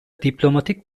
diplomatik